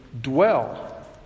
Dwell